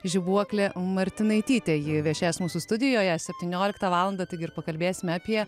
žibuoklė martinaitytė ji viešės mūsų studijoje septynioliktą valandą taigi ir pakalbėsime apie